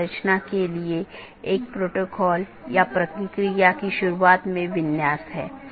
एक IBGP protocol है जो कि सब चीजों से जुड़ा हुआ है